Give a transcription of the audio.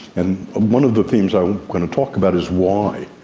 and one of the themes i'm going to talk about is why?